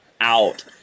out